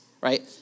right